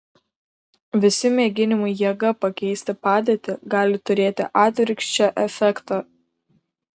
visi mėginimai jėga pakeisti padėtį gali turėti atvirkščią efektą